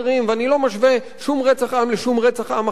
ואני לא משווה שום רצח לשום רצח עם אחר,